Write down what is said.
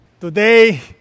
Today